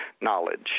knowledge